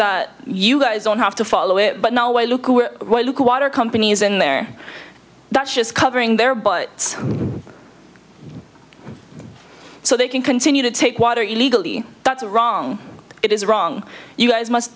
mean you guys don't have to follow it but no way look we're companies in there that's just covering their butt so they can continue to take water illegally that's wrong it is wrong you guys must